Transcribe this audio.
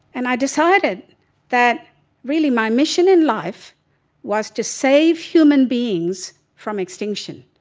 and i decided that really my mission in life was to save human beings from extinction,